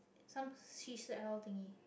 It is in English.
some seashell thingy